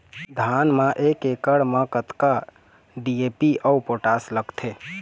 धान म एक एकड़ म कतका डी.ए.पी अऊ पोटास लगथे?